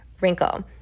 wrinkle